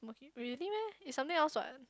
okay really meh it's something else what